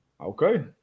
Okay